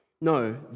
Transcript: No